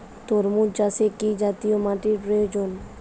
তরমুজ চাষে কি জাতীয় মাটির প্রয়োজন?